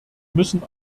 müssen